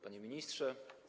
Panie Ministrze!